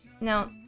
Now